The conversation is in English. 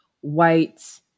white